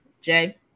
Jay